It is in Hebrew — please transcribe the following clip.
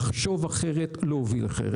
לחשוב אחרת ולהוביל אחרת.